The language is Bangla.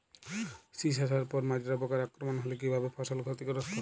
শীষ আসার পর মাজরা পোকার আক্রমণ হলে কী ভাবে ফসল ক্ষতিগ্রস্ত?